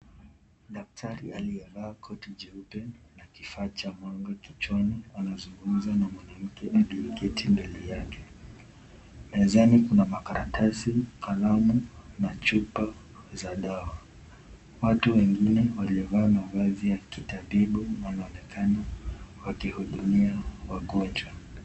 Daktari aliyevaa koti jeupe na kifaa cha mwanga kichwani, anazungumza na mwanamke aliyeketi mbele yake, mezani kuna makaratasi, kalamu na chupa za dawa. Watu wengine waliovaa mavazi ya kitabibu wanaonekana wakihudumia wagonjwa.